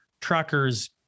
truckers